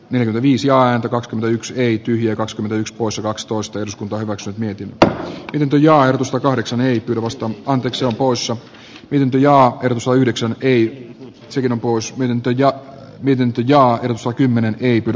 neljä viisi ja yksi ei tyhjä kakskymmentäyks poissa kaksitoista eduskunta hyväksyy nykyistä pitempi ja ajoitusta kahdeksan ei perustu vain yksi on purso oy ja usa yhdeksän ei se helppous lintuja vilintuja ja su kymmenen ei pidä